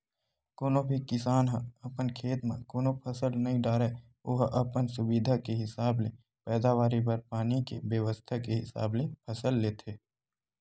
कोनो भी किसान ह अपन खेत म कोनो फसल नइ डारय ओहा अपन सुबिधा के हिसाब ले पैदावारी बर पानी के बेवस्था के हिसाब ले फसल लेथे